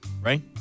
right